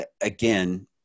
again